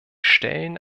stellen